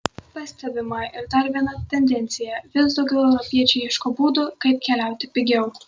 pastebima ir dar viena tendencija vis daugiau europiečių ieško būdų kaip keliauti pigiau